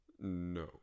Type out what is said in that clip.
No